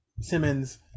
Simmons